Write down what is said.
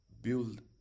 build